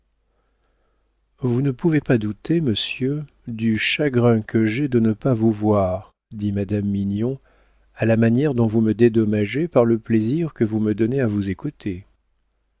vous ne pouvez pas douter monsieur du chagrin que j'ai de ne pas vous voir dit madame mignon à la manière dont vous me dédommagez par le plaisir que vous me donnez à vous écouter